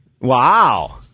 Wow